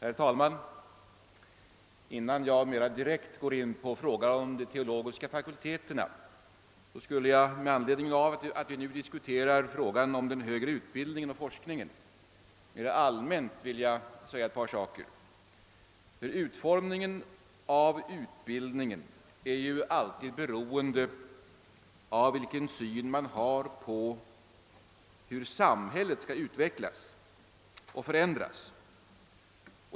Herr talman! Innan jag går in på frågan om de teologiska fakulteterna skulle jag, med anledning av att vi nu diskuterar frågan om den högre utbildningen och forskningen, mera allmänt vilja säga ett par saker. Utformningen av utbildningen är ju alltid beroende av vilken syn man har på hur samhället skall utvecklas och förändras.